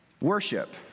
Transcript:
Worship